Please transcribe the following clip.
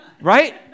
Right